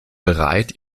bereit